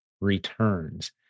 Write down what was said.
returns